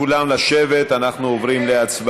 אני אבקש מכולם לשבת, אנחנו עוברים להצבעה.